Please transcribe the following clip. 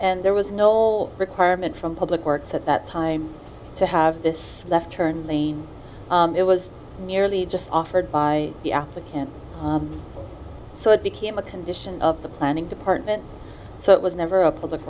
and there was no requirement from public works at that time to have this left turn lane it was merely just offered by the applicant so it became a condition of the planning department so it was never a public